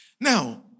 Now